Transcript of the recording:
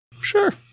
sure